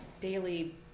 daily